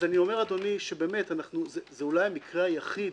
אדוני, אני אומר שזה אולי המקרה היחיד